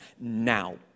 now